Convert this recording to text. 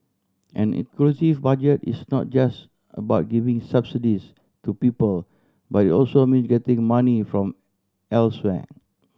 an inclusive Budget is not just about giving subsidies to people but it also means getting money from elsewhere